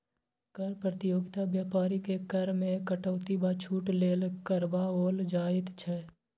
कर प्रतियोगिता बेपारीकेँ कर मे कटौती वा छूट लेल करबाओल जाइत छै